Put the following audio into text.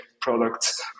products